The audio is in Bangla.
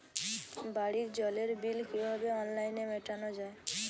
বাড়ির জলের বিল কিভাবে অনলাইনে মেটানো যায়?